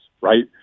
right